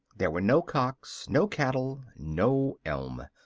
there were no cocks, no cattle, no elm.